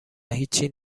هیچی